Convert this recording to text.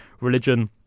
religion